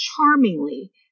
charmingly